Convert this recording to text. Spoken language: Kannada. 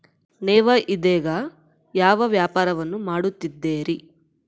ನೇವು ಇದೇಗ ಯಾವ ವ್ಯಾಪಾರವನ್ನು ಮಾಡುತ್ತಿದ್ದೇರಿ?